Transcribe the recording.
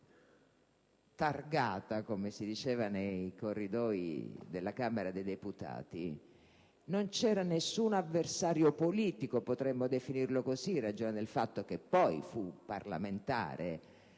Non c'era nessun avversario politico (potremmo definirlo così in ragione del fatto che poi fu parlamentare